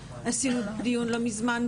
עשינו דיון לא מזמן,